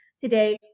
today